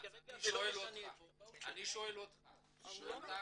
וכרגע זה לא משנה --- אני שואל אותך כפרויקטור,